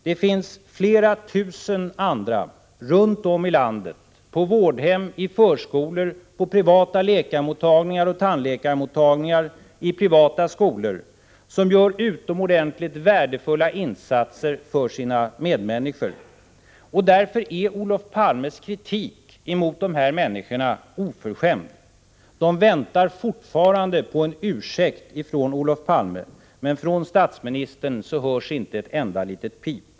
Det finns flera tusen andra runt om i landet, på vårdhem, i förskolor, på privata läkarmottagningar och tandläkarmottagningar, i privata skolor, som gör utomordentligt värdefulla insatser för sina medmänniskor. Därför är Olof Palmes kritik mot dessa människor oförskämd. De väntar fortfarande på en ursäkt från Olof Palme, men från statsministern hörs inte ett enda litet pip.